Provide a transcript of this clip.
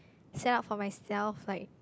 set out for myself like